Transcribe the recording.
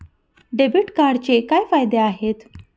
Debit कार्डचे काय फायदे आहेत?